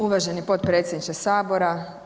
Uvaženi potpredsjedniče Sabora.